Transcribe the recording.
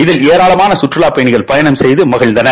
இதில் ஏராளமான கற்றலாப்பயணிகள் பயணம் செய்து மகிழ்ந்தனர்